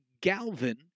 Galvin